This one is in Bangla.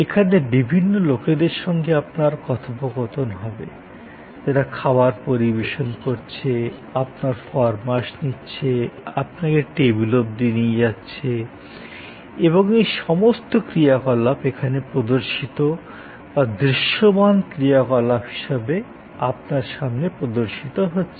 এখানে বিভিন্ন লোকেদের সঙ্গে আপনার কথোপকথন হবে যারা খাবার পরিবেশন করছে আপনার ফরমাশ নিচ্ছে আপনাকে টেবিল অবধি নিয়ে যাচ্ছে এবং এই সমস্ত ক্রিয়াকলাপ এখানে প্রদর্শিত বা দৃশ্যমান ক্রিয়াকলাপ হিসাবে আপনার সামনে প্রদর্শিত হচ্ছে